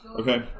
Okay